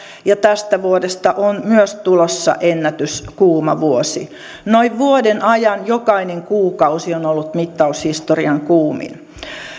ja tästä vuodesta on myös tulossa ennätyskuuma vuosi noin vuoden ajan jokainen kuukausi on ollut mittaushistorian kuumin